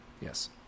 Yes